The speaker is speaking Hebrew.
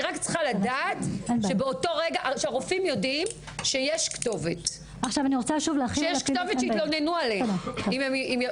אני רק צריכה לדעת שהרופאים יודעים שיש כתובת שיכולים להתלונן עליהם.